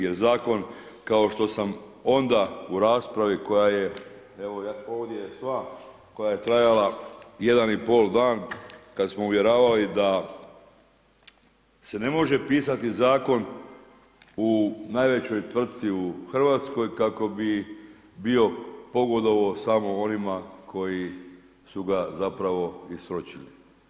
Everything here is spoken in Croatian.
Jer zakon kao što sam onda u raspravi koja je, evo koja je trajala jedan i pol dan, kad smo uvjeravali da se ne može pisati zakon u najvećoj tvrtci u Hrvatskoj kako bi bio pogodovao samo onima koji su ga zapravo i sročili.